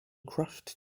crushed